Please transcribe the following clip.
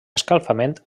escalfament